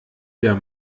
der